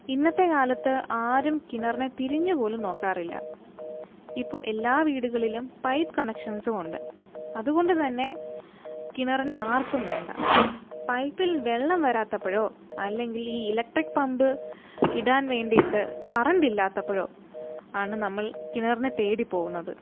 ഇന്നത്തെ കാലത്ത് ആരും കിണറിനെ തിരിഞ്ഞു പോലും നോക്കാറില്ല ഇപ്പോൾ എല്ലാ വീടുകളിലും പൈപ്പ് കണക്ഷൻസും ഉണ്ട് അതുകൊണ്ടു തന്നെ കിണറിനെ ആർക്കും വേണ്ട പൈപ്പിൽ വെള്ളം വരാത്തപ്പോഴോ അല്ലെങ്കിൽ ഈ ഇലക്ട്രിക് പമ്പ് ഇടാൻ വേണ്ടിയിട്ട് കറണ്ട് ഇല്ലാത്തപ്പോഴോ ആണ് നമ്മള് കിണറിനെ തേടി പോകുന്നത്